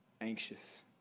anxious